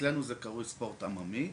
אז אצלנו זה נקרא ׳ספורט עממי׳.